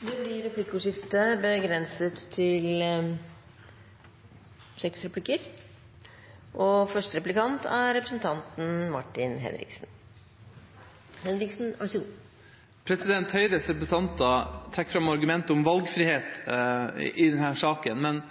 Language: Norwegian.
Det blir replikkordskifte. Høyres representanter trekker fram argumentet om valgfrihet i denne saken, men